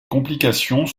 complications